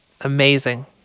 amazing